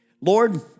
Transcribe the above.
Lord